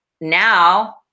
now